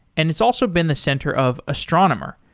and it's also been the center of astronomer,